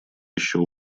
еще